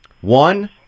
One